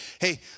hey